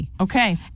Okay